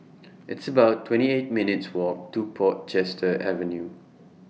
It's about twenty eight minutes Walk to Portchester Avenue